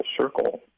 circle